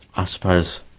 i suppose,